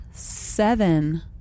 Seven